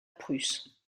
prusse